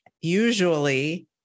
usually